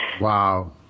Wow